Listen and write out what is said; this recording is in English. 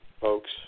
folks